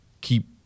keep